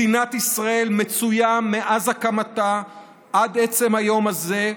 מדינת ישראל מצויה מאז הקמתה עד עצם היום הזה,